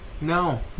No